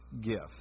gift